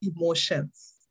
emotions